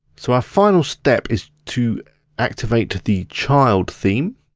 so our final step is to activate the child theme.